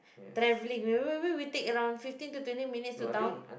travelling remember we take around fifteen to twenty minutes to town